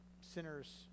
sinners